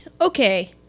Okay